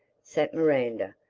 sat miranda,